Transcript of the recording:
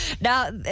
Now